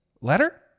letter